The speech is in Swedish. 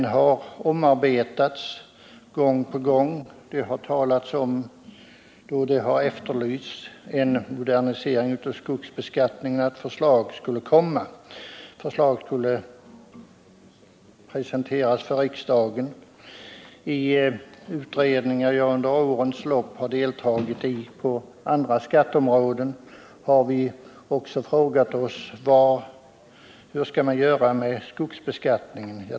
Det har omarbetats gång på gång. Då det har efterlysts en modernisering av skogsbeskattningen har det talats om att förslag skulle presenteras riksdagen. I de utredningar som jag under årens lopp har deltagit i på andra skatteområden har vi också frågat oss: Hur skall man göra med skogsbeskattningen?